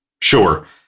Sure